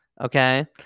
Okay